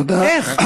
איך?